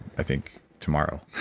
i think tomorrow.